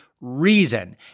reason